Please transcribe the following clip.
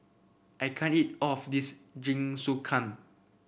I can't eat all of this Jingisukan